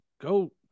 go